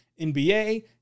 NBA